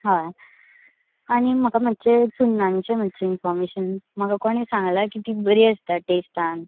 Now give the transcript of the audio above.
हय आनी म्हाका मात्शें चुन्नांचें मात्शें इनफोर्मेशन म्हाका कोणे सांगला की ती बरी आसता टेस्टान